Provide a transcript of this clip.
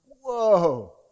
Whoa